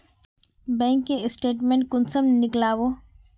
Bank के statement कुंसम नीकलावो?